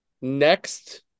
next